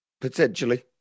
Potentially